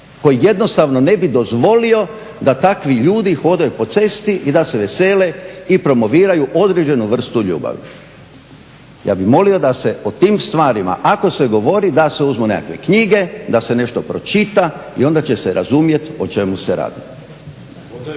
koji jednostavno ne bi dozvolio da takvi ljudi hodaju po cesti i da se vesele i promoviraju određenu vrstu ljubavi. Ja bih molio da se o tim stvarima ako se govori da se uzmu nekakve knjige, da se nešto pročita i onda će se razumjeti o čemu se radi.